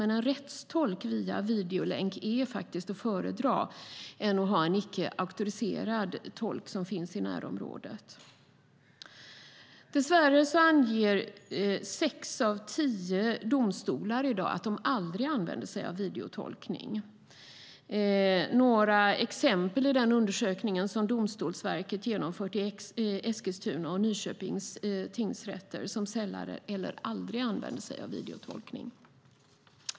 Men en rättstolk via videolänk är att föredra framför att ha en icke auktoriserad tolk som finns i närområdet. Dess värre anger i dag sex av tio domstolar att de aldrig använder sig av videotolkning. Några exempel i den undersökning som Domstolsverket genomfört är Eskilstunas och Nyköpings tingsrätter som sällan eller aldrig använder sig av videotolkning.